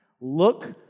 look